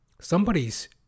somebody's